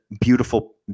beautiful